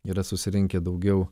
yra susirinkę daugiau